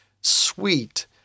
sweet